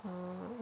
oh